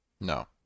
No